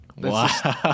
Wow